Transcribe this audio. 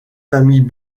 famille